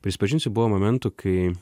prisipažinsiu buvo momentų kai